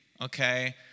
Okay